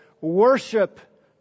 worship